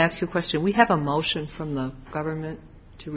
a question we have a motion from the government to